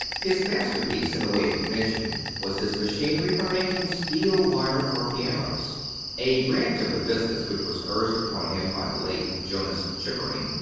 his masterpiece in the way of invention was his machinery for making steel wire for pianos a branch of the business which was urged upon him by the late jonas chickering,